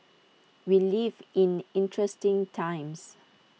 we live in interesting times